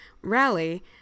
rally